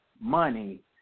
money